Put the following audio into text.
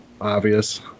Obvious